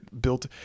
built